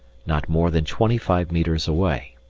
not more than twenty five metres away!